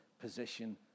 position